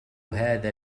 هذا